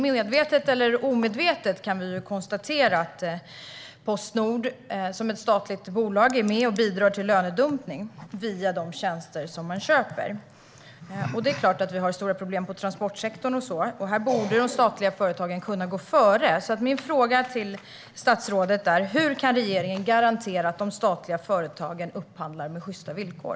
Medvetet eller omedvetet kan vi konstatera att Postnord, som är ett statligt bolag, är med och bidrar till lönedumpning via de tjänster bolaget köper. Det är stora problem i transportsektorn. Här borde de statliga företagen kunna gå före. Hur kan regeringen garantera att de statliga företagen upphandlar till sjysta villkor?